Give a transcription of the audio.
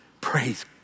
Praise